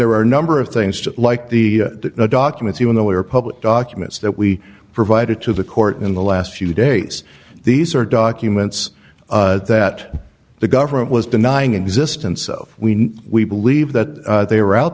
there are a number of things to like the documents even though we are public documents that we provided to the court in the last few days these are documents that the government was denying existence of we we believe that they were out